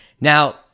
Now